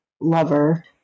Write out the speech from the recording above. lover